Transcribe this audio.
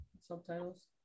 subtitles